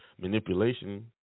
manipulation